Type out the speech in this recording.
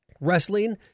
wrestling